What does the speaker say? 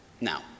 Now